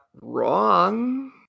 wrong